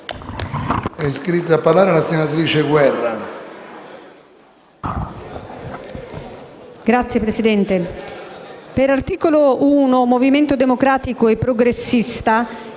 È iscritta a parlare la senatrice Repetti.